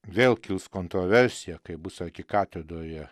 vėl kils kontroversija kai bus arkikatedroje